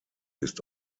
ist